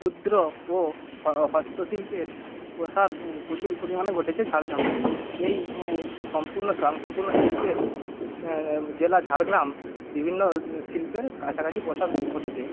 ক্ষুদ্র ও হস্তশিল্পের প্রসার প্রচুর পরিমাণে ঘটেছে ঝাড়গ্রামে এই সম্পূর্ণ স্বয়ংসম্পূর্ণ শিল্পের জেলা ঝাড়গ্রাম বিভিন্ন শিল্পের কাছাকাছি প্রসার ঘটেছে